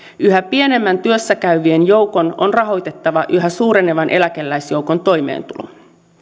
yhä pienemmän työssä käyvien joukon on rahoitettava yhä suurenevan eläkeläisjoukon toimeentulo